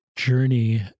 journey